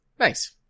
Nice